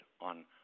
on